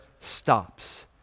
stops